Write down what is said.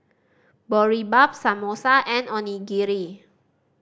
Boribap Samosa and Onigiri